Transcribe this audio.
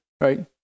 right